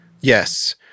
Yes